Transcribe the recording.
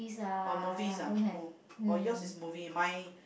or movies ah oh or yours is movie mine